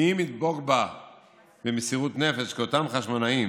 ואם ידבק בה במסירות נפש כאותם חשמונאים,